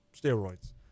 steroids